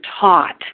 taught